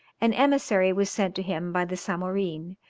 an emissary was sent to him by the zamorin,